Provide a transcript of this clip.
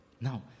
Now